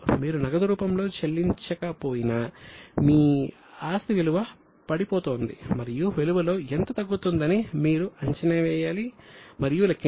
మీరు నగదు రూపంలో చెల్లించకపోయినా మీ ఆస్తి విలువ పడిపోతోంది మరియు విలువలో ఎంత తగ్గుతుందని మీరు అంచనా వేయాలి మరియు లెక్కించాలి